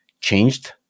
changed